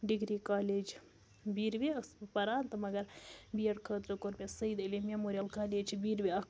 degree college بیٖروِ ٲسٕس بہٕ پَران تہٕ مگر بی اٮ۪ڈ خٲطرٕ کوٚر مےٚ سید علی مٮ۪موریَل کالیج بیٖروِ اَکھ